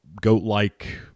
goat-like